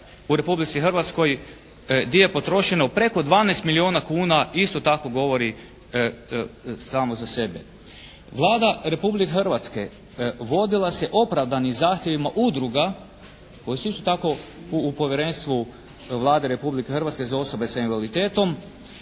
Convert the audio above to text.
u Republici Hrvatskoj gdje je potrošeno preko 12 milijuna kuna isto tako govori samo za sebe. Vlada Republike Hrvatske vodila se opravdanim zahtjevima udruga koje su isto tako u Povjerenstvu Vlade Republike Hrvatske za osobe s invaliditetom